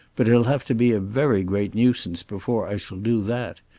but he'll have to be a very great nuisance before i shall do that.